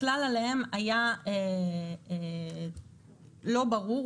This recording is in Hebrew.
הכלל עליהם היה לא ברור,